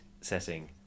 setting